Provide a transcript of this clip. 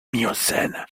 miocène